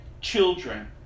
children